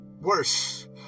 worse